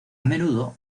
menudo